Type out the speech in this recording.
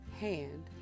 hand